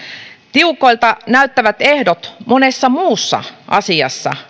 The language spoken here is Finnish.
tiukoilta näyttävät ehdot monessa muussa asiassa